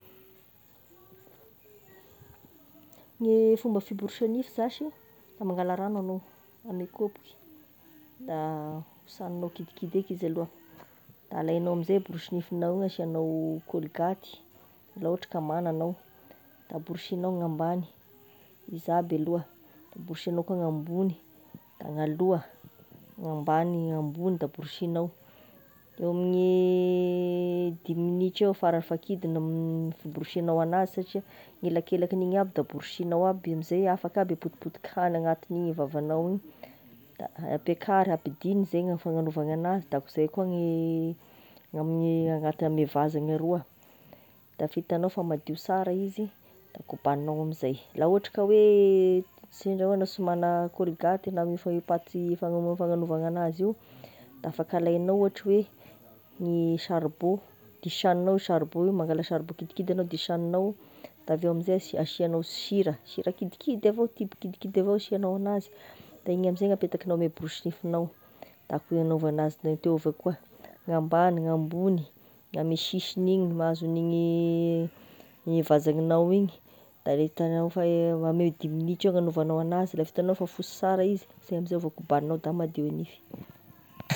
Gne fomba fiborosia nify zashy, da mangala rano aloha ame kaopy, da hosagninao kidikidy eky izy aloha, da alaignao amin'izay borosy nifinao igny asianao colgate, la ohatry ka magna anao, da borosinao gn'ambany izy aby aloha, de borosinao koa gn'ambogny, da gn'aloha, ambagny ambogny da borisinao; eo amigne dimy minitra eo farafakidiny ny fiborosy anao anazy satria gn'elakelaka agni'igny aby da borosinao, amin'izay afaka aby e potipotin-kany agnatigne vavagnao igny, ampiakary ampidigny zeigny fagnagnaovagny anazy, da koa izay koa gny gnamigne agnatine vazagna roa, da fa hitanao fa madio sara izy, da kobaninao amin'izay. La ohatry ka hoe sendra hoe anao sy magna colgate na amin'io pate fagnamo- fagnagnovagna anazy io, da afaka alainao ohatry hoe gne saribô disaninao io saribô io mangala saribô kidikidy anao disaninao da avy eo amin'izay asi- asianao sira, sira kidikidy avao kidikidy kidikidy avao asianao anazy, de igny amin'izay gn'apetakinao ame borosy nifinao da koa gn'agnaovagna azy teo avao koa, gn'ambany gn'ambogny gn'ame sisiny igny, mahazo an'igny e vazagninao igny, de rehefa hitanao fa eo amin'ny dimy minitra eo no agnanaovanao enazy, lafa ita nao fa fosy sara izy zay amzay vao kobaninao da madio e nify.